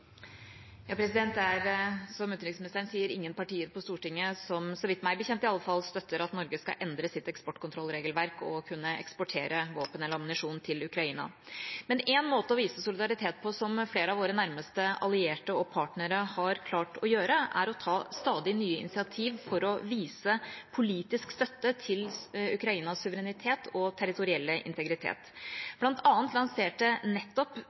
Det er, som utenriksministeren sier, ingen partier på Stortinget som – meg bekjent, iallfall – støtter at Norge skal endre sitt eksportkontrollregelverk og kunne eksportere våpen eller ammunisjon til Ukraina. Men én måte å vise solidaritet på som flere av våre nærmeste allierte og partnere har klart å gjøre, er å ta stadig nye initiativer for å vise politisk støtte til Ukrainas suverenitet og territorielle integritet. Blant annet lanserte nettopp